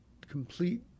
complete